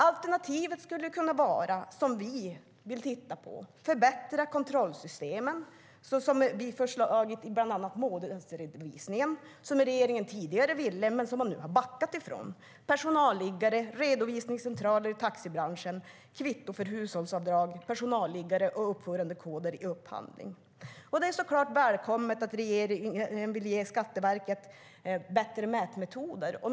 Alternativ som vi vill titta på skulle kunna vara att förbättra kontrollsystemen av bland annat månadsredovisningen så som vi har föreslagit - något som regeringen tidigare ville men nu har backat från - samt personalliggare, redovisningscentraler i taxibranschen, kvitto för hushållsavdrag och uppförandekoder vid upphandling. Det är såklart välkommet att regeringen vill ge Skatteverket bättre mätmetoder.